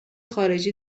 خارجی